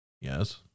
Yes